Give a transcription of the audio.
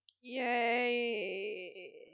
yay